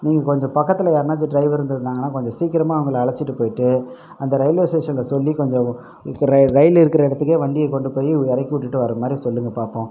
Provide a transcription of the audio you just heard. நீங்கள் கொஞ்சம் பக்கத்தில் யாரானாச்சும் ட்ரைவர் இருந்துருதாங்கனா கொஞ்சம் சீக்கிரமாக அவங்களை அழைத்திட்டு போயிட்டு அந்த ரயில்வே ஸ்டேஷனில் சொல்லி கொஞ்சம் இப்போ ரய் ரயில் இருக்கிற இடத்துக்கே வண்டியை கொண்டு போய் இறக்கிவிட்டுட்டு வரமாதிரி சொல்லுங்கள் பார்ப்போம்